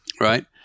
Right